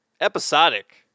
episodic